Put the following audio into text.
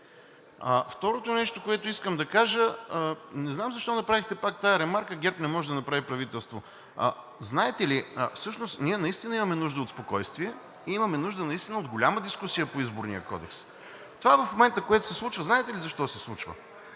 Второто нещо, което искам да кажа. Не знам защо направихте пак тази ремарка: ГЕРБ не може да направи правителство?! Знаете ли, ние наистина имаме нужда от спокойствие и имаме нужда от голяма дискусия по Изборния кодекс. (Шум и реплики.) Това в момента, което се случва, знаете ли защо се случва?